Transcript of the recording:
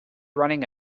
running